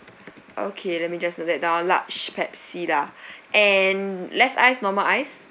okay let me just note that down large Pepsi lah and less ice normal ice